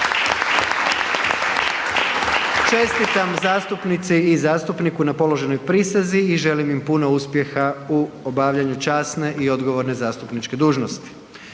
Čestitam zastupnici i zastupniku na položenoj prisezi i želim im puno uspjeha u obavljanju časne i odgovorne zastupničke dužnosti.